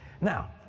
Now